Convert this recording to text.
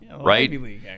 right